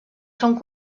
són